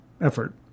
effort